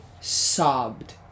sobbed